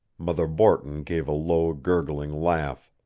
mother borton gave a low gurgling laugh.